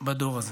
בדור הזה.